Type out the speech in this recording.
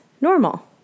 normal